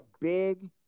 big